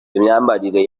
imyambarire